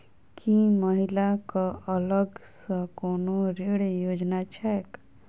की महिला कऽ अलग सँ कोनो ऋण योजना छैक?